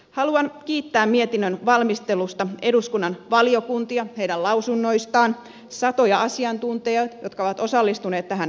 haluan kiittää mietinnön valmistelusta eduskunnan valiokuntia heidän lausunnoistaan satoja asiantuntijoita jotka ovat osallistuneet tähän prosessiin